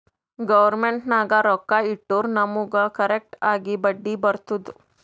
government ನಾಗ್ ರೊಕ್ಕಾ ಇಟ್ಟುರ್ ನಮುಗ್ ಕರೆಕ್ಟ್ ಆಗಿ ಬಡ್ಡಿ ಬರ್ತುದ್